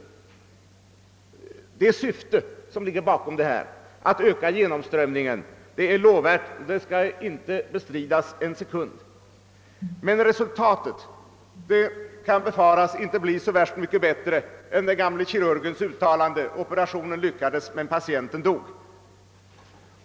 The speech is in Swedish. Inte ett ögonblick skall bestridas att det syfte som ligger bakom hela denna reform, nämligen att öka genomströmningen vid universiteten är lovvärt, men resultatet kan inte befaras bli så värst mycket bättre än för den gamle kirurgen: operationen lyckades men patienten dog.